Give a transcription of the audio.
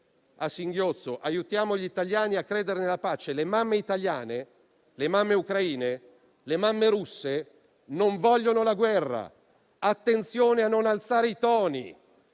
a singhiozzo. Aiutiamo gli italiani a credere nella pace. Le mamme italiane, quelle ucraine e quelle russe non vogliono la guerra. Attenzione a non alzare i toni,